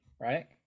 right